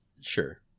sure